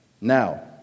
Now